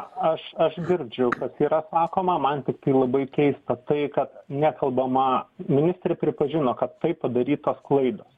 aš aš girdžiu kas yra sakoma man tiktai labai keista tai kad nekalbama ministrė pripažino kad taip padarytos klaidos